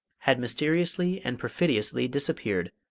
had mysteriously and perfidiously disappeared,